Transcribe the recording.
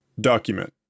Document